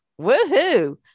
woohoo